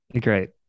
Great